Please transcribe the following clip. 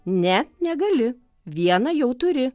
ne negali vieną jau turi